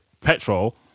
petrol